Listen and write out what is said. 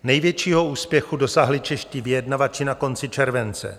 Největšího úspěchu dosáhli čeští vyjednávači na konci července.